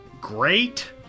great